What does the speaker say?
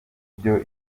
byo